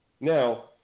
Now